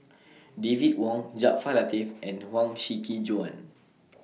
David Wong Jaafar Latiff and Huang Shiqi Joan